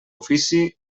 ofici